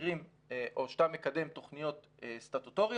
תסקירים או כשאתה מקדם תוכניות סטטוטוריות,